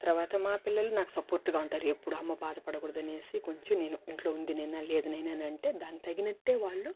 తర్వాత మా పిల్లలు నాకు సపోర్ట్గా ఉంటారు ఎప్పుడు అమ్మ భాదపడకూడదనేసి కొంచెం నేను ఇంట్లో ఉంది నాయిన లేదు నాయిన అని అంటే దాని తగినట్టే వాళ్ళు